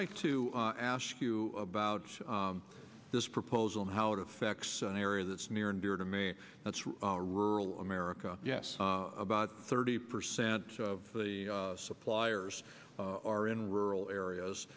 like to ask you about this proposal and how it affects an area that's near and dear to me that's rural america yes about thirty percent of the suppliers are in rural areas